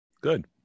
Good